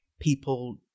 people